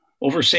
over